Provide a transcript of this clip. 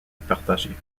partagée